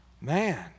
Man